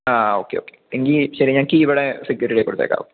ആ okay okay എങ്കിൽ ശരി ഞാൻ കീ ഇവിടെ സെക്യൂരിറ്റിയുടെയിൽ കൊടുത്തേക്കാം